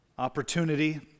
opportunity